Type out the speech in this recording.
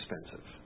expensive